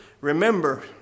remember